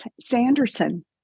Sanderson